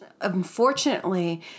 unfortunately